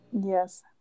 Yes